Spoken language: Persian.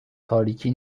تاریکی